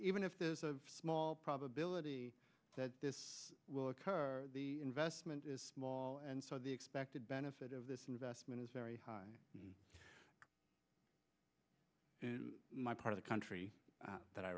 even if there is a small probability that this will occur investment is small and so the expected benefit of this investment is very high on my part of the country that i